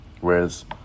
Whereas